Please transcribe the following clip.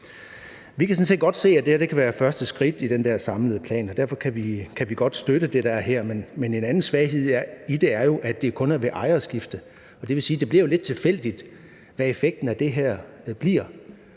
set godt se, at det her kan være første skridt i den der samlede plan, og derfor kan vi godt støtte det, der er her. Men en anden svaghed i det er jo, at det kun er ved ejerskifte, og det vil sige, at det bliver lidt tilfældigt, hvad effekten af det her bliver.